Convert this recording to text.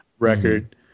record